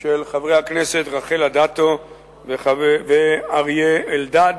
של חברי הכנסת רחל אדטו ואריה אלדד,